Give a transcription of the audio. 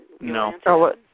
No